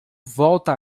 volta